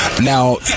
Now